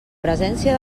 presència